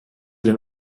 den